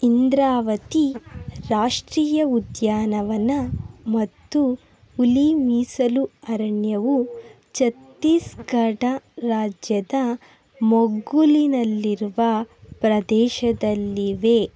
ಇಂದ್ರಾವತಿ ರಾಷ್ಟ್ರೀಯ ಉದ್ಯಾನವನ ಮತ್ತು ಹುಲಿ ಮೀಸಲು ಅರಣ್ಯವು ಚತ್ತೀಸ್ಗಢ್ ರಾಜ್ಯದ ಮಗ್ಗುಲಿನಲ್ಲಿರುವ ಪ್ರದೇಶದಲ್ಲಿವೆ